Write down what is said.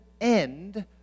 end